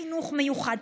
חינוך מיוחד,